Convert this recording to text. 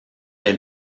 elle